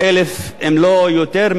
אם לא יותר מהמספר הזה,